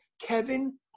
kevin